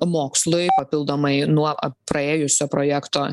mokslui papildomai nuo praėjusio projekto